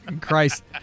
Christ